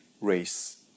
race